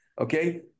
okay